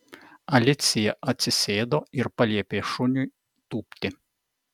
alicija atsisėdo ir paliepė šuniui tūpti